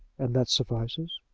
and that suffices?